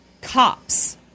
cops